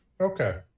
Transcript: Okay